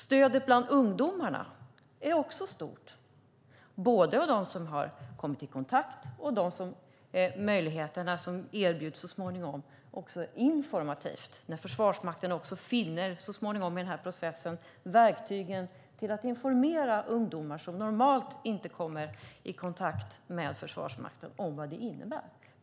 Stödet bland ungdomarna är också stort bland dem som kommit i kontakt med försvaret om de möjligheter som så småningom erbjuds. Det gäller även informativt när Försvarsmakten i den här processen så småningom finner verktygen för att informera ungdomar som normalt inte kommer i kontakt med Försvarsmakten om innebörden.